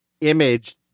image